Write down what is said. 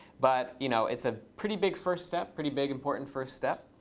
but you know it's a pretty big first step, pretty big important first step.